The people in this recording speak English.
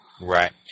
Right